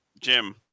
jim